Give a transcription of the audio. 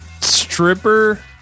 Stripper